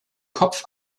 kopf